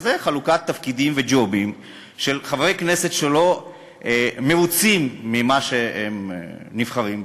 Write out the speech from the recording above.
זה חלוקת תפקידים וג'ובים לחברי כנסת שלא מרוצים ממה שהם נבחרים לו,